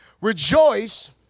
rejoice